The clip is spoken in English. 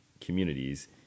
communities